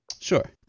Sure